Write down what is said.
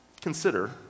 consider